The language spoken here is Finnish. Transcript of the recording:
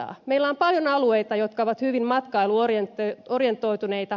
meillä on paljon alueita jotka ovat hyvin matkailu orientoituneita